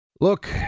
Look